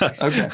Okay